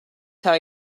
tell